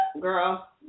Girl